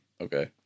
Okay